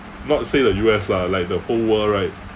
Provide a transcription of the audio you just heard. not to say the U_S lah like the whole world right